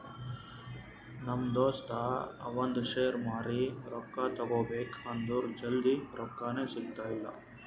ನಮ್ ದೋಸ್ತ ಅವಂದ್ ಶೇರ್ ಮಾರಿ ರೊಕ್ಕಾ ತಗೋಬೇಕ್ ಅಂದುರ್ ಜಲ್ದಿ ರೊಕ್ಕಾನೇ ಸಿಗ್ತಾಯಿಲ್ಲ